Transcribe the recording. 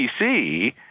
PC